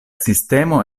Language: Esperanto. sistemo